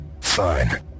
Fine